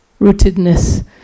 rootedness